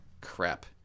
crap